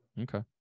Okay